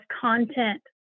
content